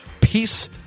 peace